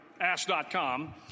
ask.com